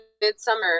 midsummer